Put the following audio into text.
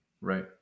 Right